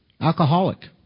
Alcoholic